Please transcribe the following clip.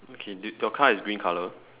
okay d~ your car is green colour